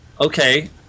okay